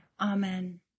Amen